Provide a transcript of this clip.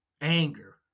anger